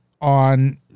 on